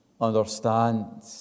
understand